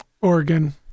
Oregon